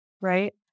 right